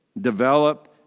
develop